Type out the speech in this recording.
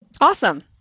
Awesome